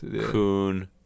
Coon